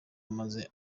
maze